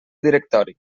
directori